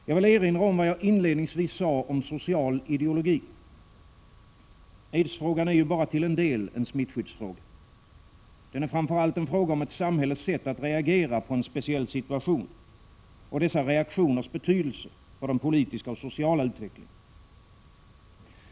Jag vill erinra om vad jag inledningsvis sade om social ideologi. Aidsfrågan är bara till en del en smittskyddsfråga. Den är framför allt en fråga om ett samhälles sätt att reagera på en speciell situation och dessa reaktioners betydelse för den politiska och sociala utvecklingen.